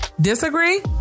Disagree